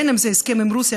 בין שזה הסכם עם רוסיה,